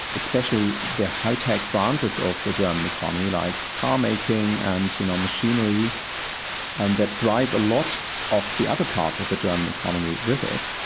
especially the hi-tech branches of the german economy like car-making and you know machinery and machinery that drive a lot of the other parts of the german economy with it.